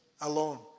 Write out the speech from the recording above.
alone